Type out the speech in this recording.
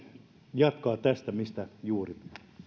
jatkaa tästä juuri